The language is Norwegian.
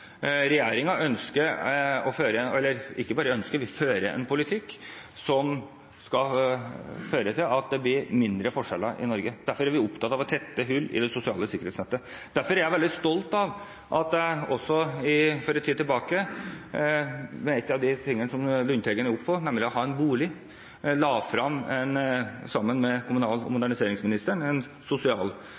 ønsker å føre – eller ikke bare ønsker, vi fører – en politikk som skal gjøre at det blir mindre forskjeller i Norge. Derfor er vi opptatt av å tette hull i det sosiale sikkerhetsnettet. Derfor er jeg veldig stolt av at jeg også for en tid tilbake – det er en av de tingene som Lundteigen er inne på, nemlig å ha en bolig – sammen med kommunal- og moderniseringsministeren la frem en